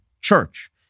church